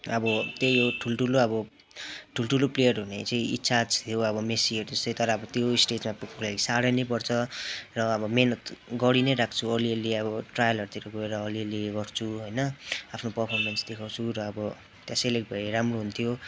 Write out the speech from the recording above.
अब त्यही हो ठुलठुलो अब ठुलठुलो प्लेयर हुने चाहिँ इच्छा थियो अब मेस्सीहरू जस्तै तर अब त्यो स्टेजमा पुग्नुलागि साह्रै नै पर्छ र अब मेहनत गरिनैरहेको छु अलिअलि अब ट्रायलहरूतिर गएर अलिअलि गर्छु होइन आफ्नो पफर्मेन्स देखाउँछु र अब त्यहाँ सेलेक्ट भए राम्रो हुन्थ्यो